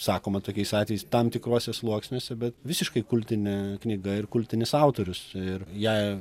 sakoma tokiais atvejais tam tikruose sluoksniuose bet visiškai kultinė knyga ir kultinis autorius ir ją